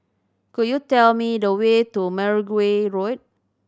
could you tell me the way to Mergui Road